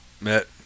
met